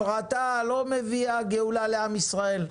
הפרטה לא מביאה גאולה לעם ישראל.